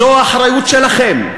זאת האחריות שלכם,